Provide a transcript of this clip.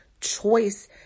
choice